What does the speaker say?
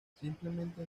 simplemente